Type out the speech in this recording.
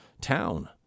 town